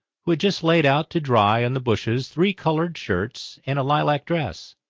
who had just laid out to dry on the bushes three coloured shirts and a lilac dress.